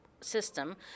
system